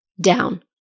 down